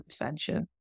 intervention